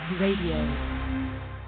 Radio